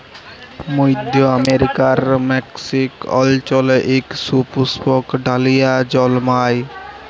মইধ্য আমেরিকার মেক্সিক অল্চলে ইক সুপুস্পক ডালিয়া জল্মায়